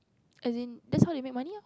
as in that's how they make money ah